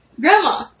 Grandma